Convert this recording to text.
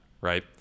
right